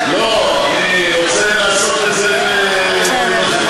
אני רוצה לעשות את זה בנוכחותו,